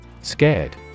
Scared